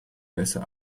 besser